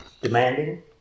demanding